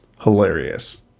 hilarious